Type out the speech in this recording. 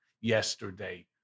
yesterday